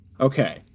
Okay